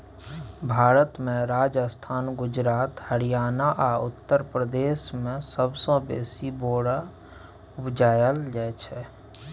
भारत मे राजस्थान, गुजरात, हरियाणा आ उत्तर प्रदेश मे सबसँ बेसी बोरा उपजाएल जाइ छै